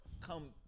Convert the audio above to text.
come